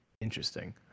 Interesting